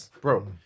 bro